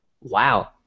wow